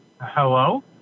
Hello